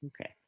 Okay